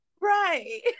right